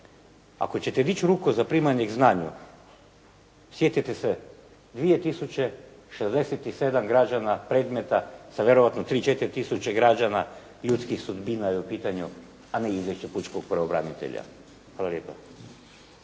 Ako ćete dići ruku za primanje k znanju sjetite se 2 tisuće 67 građana, predmeta sa vjerojatno 3, 4 tisuće građana, ljudskih sudbina je u pitanju, a ne izvješće pučkog pravobranitelja. Hvala lijepa.